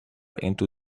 into